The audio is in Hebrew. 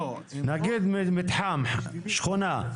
נגיד, מתחם, שכונה.